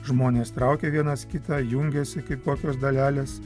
žmonės traukia vienas kitą jungiasi kaip kokios dalelės